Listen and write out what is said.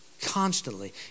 constantly